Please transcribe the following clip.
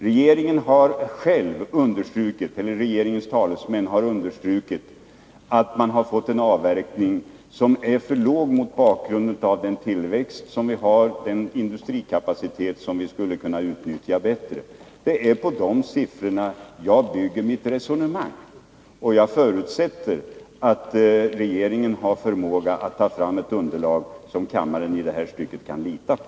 Regeringens talesmän har själva understrukit att man fått en avverkning som är för låg mot bakgrund av den tillväxt vi har och mot bakgrund av vår industrikapacitet, som vi skulle kunna utnyttja bättre. Det är på de siffrorna jag bygger mitt resonemang. Jag förutsätter att regeringen i det här stycket har förmåga att ta fram ett underlag som kammaren kan lita på.